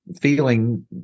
feeling